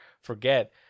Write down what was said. forget